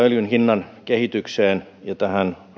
öljyn hinnan kehitykseen ja tähän